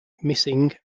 missing